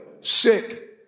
sick